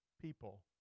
people